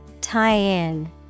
Tie-in